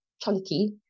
chunky